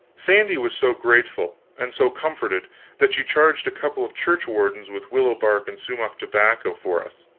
sandy was so grateful and so comforted that she charged a couple of church-wardens with willow-bark and sumach-tobacco for us,